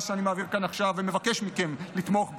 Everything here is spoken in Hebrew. שאני מעביר כאן עכשיו ומבקש מכם לתמוך בו,